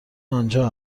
آنجا